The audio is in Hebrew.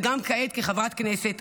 וגם כעת כחברת כנסת,